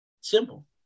Simple